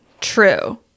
True